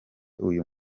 uyu